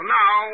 now